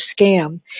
scam